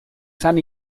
san